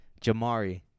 Jamari